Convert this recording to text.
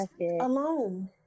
alone